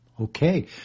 Okay